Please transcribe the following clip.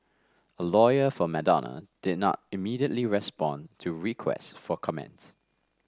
a lawyer for Madonna did not immediately respond to requests for comments